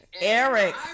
Eric